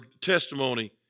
testimony